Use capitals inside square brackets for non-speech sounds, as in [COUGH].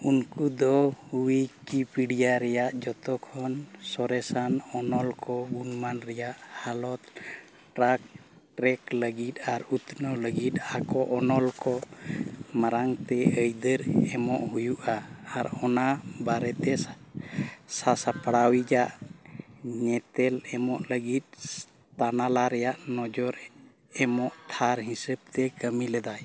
ᱩᱱᱠᱩ ᱫᱚ ᱨᱮᱭᱟᱜ ᱡᱚᱛᱚ ᱠᱷᱚᱱ ᱥᱚᱨᱮᱥᱟᱱ ᱚᱱᱚᱞ ᱠᱚ ᱜᱩᱱᱢᱟᱱ ᱨᱮᱭᱟᱜ ᱦᱟᱞᱚᱛ [UNINTELLIGIBLE] ᱞᱟᱹᱜᱤᱫ ᱟᱨ ᱩᱛᱱᱟᱹᱣ ᱞᱟᱹᱜᱤᱫ ᱟᱠᱚ ᱚᱱᱚᱞ ᱠᱚ ᱢᱟᱨᱟᱝᱛᱮ ᱟᱹᱭᱫᱟᱹᱨ ᱮᱢᱚᱜ ᱦᱩᱭᱩᱜᱼᱟ ᱟᱨ ᱚᱱᱟ ᱵᱟᱨᱮᱛᱮ ᱥᱟᱼᱥᱟᱯᱟᱲᱟᱣᱤᱡ ᱟᱜ ᱧᱮᱛᱮᱞ ᱮᱢᱚᱜ ᱞᱟᱹᱜᱤᱫ ᱛᱟᱱᱟᱞᱟ ᱨᱮᱭᱟᱜ ᱱᱚᱡᱚᱨ ᱮ ᱮᱢᱚᱜ ᱛᱷᱟᱨ ᱦᱤᱥᱟᱹᱵᱽᱛᱮ ᱠᱟᱹᱢᱤ ᱞᱮᱫᱟᱭ